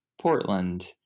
Portland